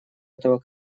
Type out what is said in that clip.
этого